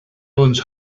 islands